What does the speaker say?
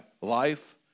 life